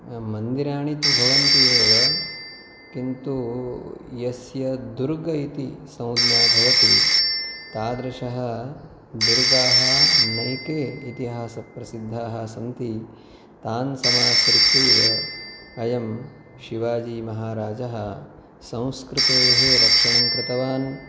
मन्दिराणि तु भवन्ति एव किन्तु यस्य दुर्ग इति संज्ञा भवति तादृशः दुर्गाः अनेके इतिहासप्रसिद्धाः सन्ति तान् समाश्रित्यैव अयं शिवाजीमहाराजः संस्कृतेः रक्षणं कृतवान्